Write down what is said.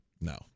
No